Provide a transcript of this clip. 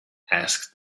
asked